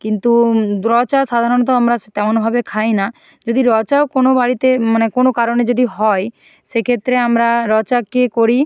কিন্তু র চা সাধারণত আমরা স্ তেমনভাবে খাই না যদি র চাও কোনো বাড়িতে মানে কোনো কারণে যদি হয় সেক্ষেত্রে আমরা র চাকে করি